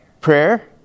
Prayer